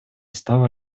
устав